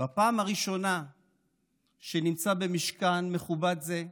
בפעם הראשונה שבה הוא נמצא במשכן מכובד זה,